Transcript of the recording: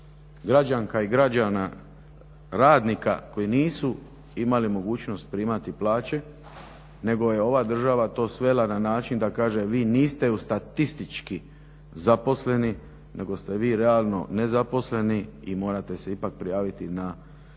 građanka i građana radnika koji nisu imali mogućnost primati plaće nego je ova država to svela na način da kaže vi niste u statistički zaposleni nego ste vi realno nezaposleni i morate se ipak prijaviti na